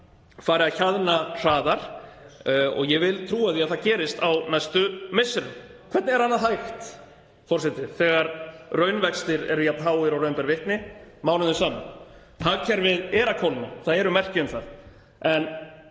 fari að hjaðna hraðar og ég vil trúa því að það gerist á næstu misserum. Hvernig er annað hægt, forseti, þegar raunvextir eru jafn háir og raun ber vitni mánuðum saman? Hagkerfið er að kólna, það eru merki um það, en